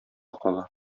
кала